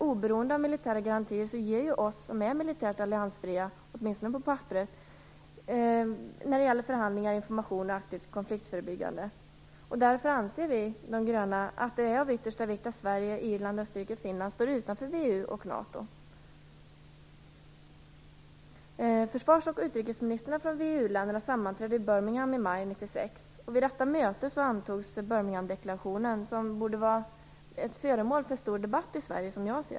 Oberoendet av militära garantier ger oss som - åtminstone på papperet - är militärt alliansfria en viktig roll när det gäller förhandlingar, information och aktivt konfliktförebyggande. Därför anser vi gröna att det är av yttersta vikt att Sverige, Irland, Österrike och Finland står utanför VEU och NATO. länderna sammanträdde i Birmingham i maj 1996. Vid detta möte antogs den s.k. Birminghamdeklarationen, som jag tycker borde vara föremål för stor debatt i Sverige.